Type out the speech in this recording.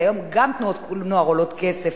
כי היום גם תנועות נוער עולות כסף,